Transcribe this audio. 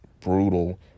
brutal